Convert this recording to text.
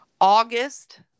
August